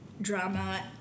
drama